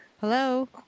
Hello